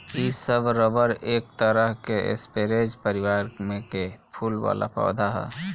इ सब रबर एक तरह के स्परेज परिवार में के फूल वाला पौधा ह